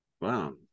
Wow